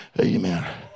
Amen